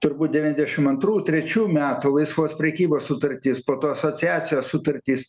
turbūt devyniasdešimt antrų trečių metų laisvos prekybos sutarties po to asociacijos sutartis